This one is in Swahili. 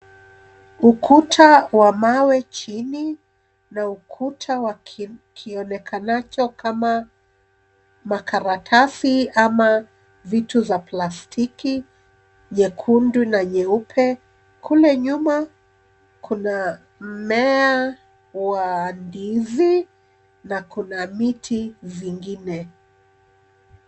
Ukuta wa mawe chini na ukuta wa kionekanacho kama makaratasi ama vitu za plastiki nyekundu na nyeupe. Kule nyuma kuna mmea wa ndizi na kuna miti zingine.